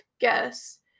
guess